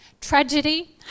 tragedy